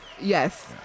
Yes